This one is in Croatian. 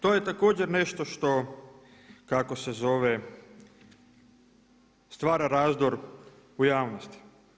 To je također nešto što, kako se zove, stvara razdor u javnosti.